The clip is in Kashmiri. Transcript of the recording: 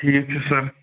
ٹھیٖک چھُ سر